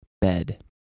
bed